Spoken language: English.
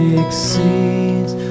exceeds